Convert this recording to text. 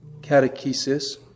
catechesis